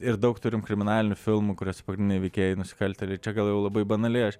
ir daug turim kriminalinių filmų kuriuose pagrindiniai veikėjai nusikaltėliai čia gal jau labai banaliai aš